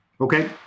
Okay